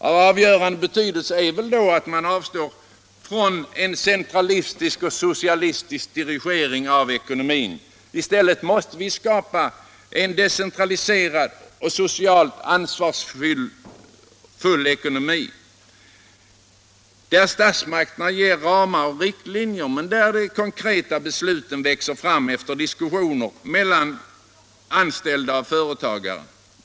Av avgörande betydelse är då att man avstår från en centralistisk och socialistisk dirigering av ekonomin. I stället måste vi skapa en decentraliserad och socialt ansvarsfull ekonomi, där statsmakterna anger ramar och riktlinjer men där de konkreta besluten växer fram efter diskussioner mellan anställda och företagare.